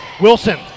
Wilson